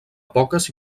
poques